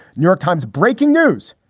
new york times breaking news.